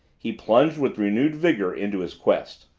he plunged with renewed vigor into his quest.